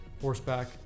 horseback